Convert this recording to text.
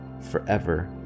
forever